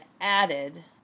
added